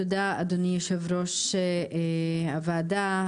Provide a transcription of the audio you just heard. תודה אדוני יושב-ראש הוועדה,